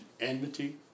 enmity